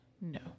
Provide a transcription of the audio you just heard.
No